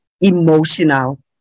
emotional